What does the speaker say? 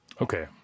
Okay